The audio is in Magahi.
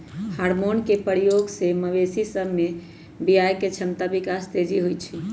हार्मोन के प्रयोग से मवेशी सभ में बियायके क्षमता विकास तेजी से होइ छइ